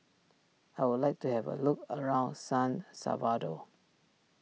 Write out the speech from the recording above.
I would like to have a look around San Salvador